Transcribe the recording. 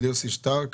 שכתב יוסי שטרק,